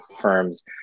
firms